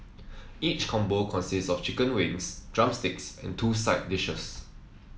each combo consists of chicken wings drumsticks and two side dishes